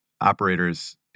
operators